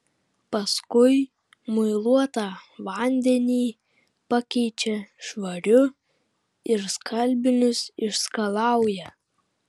paskui muiluotą vandenį pakeičia švariu ir skalbinius išskalauja